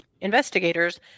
investigators